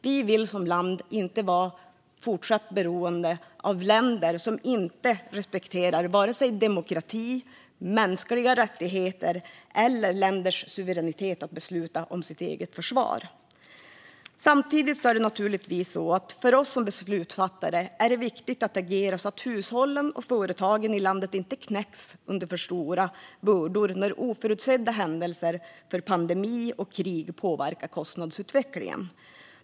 Vi vill inte som land fortsätta att vara beroende av länder som inte respekterar vare sig demokrati, mänskliga rättigheter eller länders suveränitet att besluta om sitt eget försvar. Samtidigt är det för oss som beslutsfattare viktigt att agera så att hushåll och företag i landet inte knäcks under för stora bördor när oförutsedda händelser, som pandemi och krig, påverkar kostnadsutvecklingen.